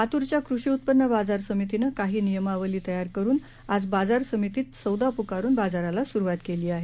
लातूरच्या कृषी उत्पन्न बाजार समितीनं काही नियमवाली तयार करुन आज बाजार समितीतं सौदा पुकारुन बाजाराला सुरुवात केली आहे